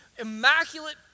immaculate